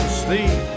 sleep